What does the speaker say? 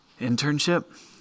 internship